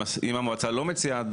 אם המועצה לא מציעה,